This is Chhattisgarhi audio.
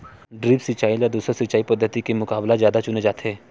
द्रप्स सिंचाई ला दूसर सिंचाई पद्धिति के मुकाबला जादा चुने जाथे